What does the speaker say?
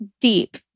deep